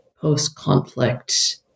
post-conflict